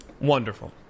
Wonderful